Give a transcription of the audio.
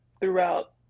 throughout